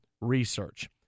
research